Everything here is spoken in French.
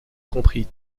compris